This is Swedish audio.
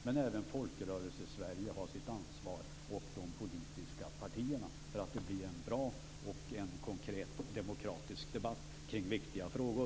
Men även Folkrörelsesverige har sitt ansvar - liksom de politiska partierna - för att det skall bli en bra, konkret, demokratisk debatt kring viktiga frågor.